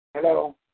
Hello